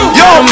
yo